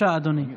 אדוני היושב-ראש,